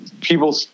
people